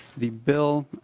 the bill